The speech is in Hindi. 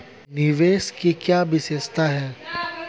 निवेश की क्या विशेषता है?